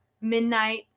midnight